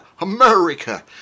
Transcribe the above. America